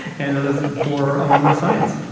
and and is it for a moment of science